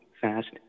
fast